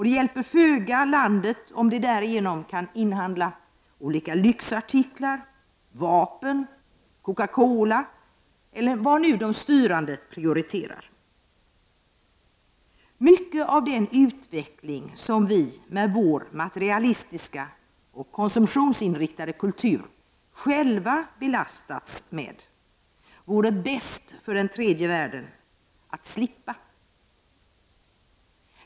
Det hjälper föga landet om det därigenom kan inhandla olika lyxartiklar, vapen, Coca Cola eller vad nu de styrande prioriterar. Mycket av den utveckling som vi med vår materialistiska och konsumtionsinriktade kultur själva belastats med vore det bäst för den tredje världen att slippa.